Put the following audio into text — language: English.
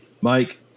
Mike